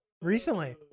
recently